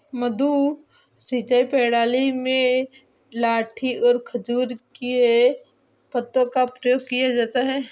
मद्दू सिंचाई प्रणाली में लाठी और खजूर के पत्तों का प्रयोग किया जाता है